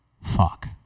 fuck